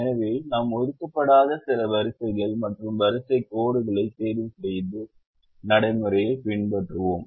எனவே நாம் ஒதுக்கப்படாத சில வரிசைகள் மற்றும் வரிசைக் கோடுகளைத் தேர்வுசெய்த நடைமுறையைப் பின்பற்றினோம்